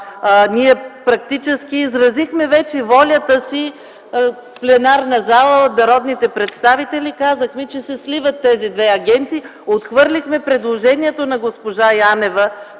практически изразихме вече волята си. Пленарната зала, народните представители казахме, че се сливат тези две агенции, отхвърлихме предложението на госпожа Янева,